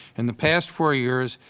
and the past four years,